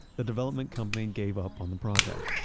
the development company gave up on the project,